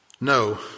No